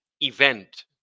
event